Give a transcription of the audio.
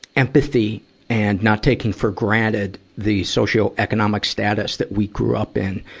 empathy and not taking for granted the socioeconomic status that we grew up in.